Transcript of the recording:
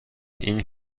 این